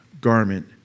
garment